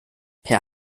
per